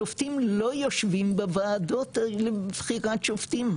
שופטים לא יושבים בוועדות לבחירת שופטים,